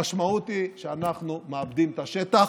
המשמעות היא שאנחנו מאבדים את השטח.